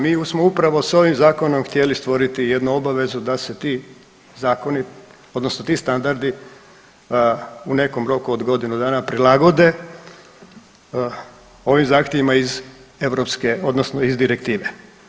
mi smo upravo s ovim Zakonom htjeli stvoriti jednu obavezu da se ti Zakoni, odnosni ti standardi u nekom roku od godine dana prilagode ovim zahtjevima iz Europske, odnosno iz Direktive.